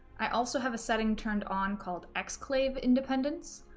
i also have a setting turned on called exclave independence,